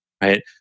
right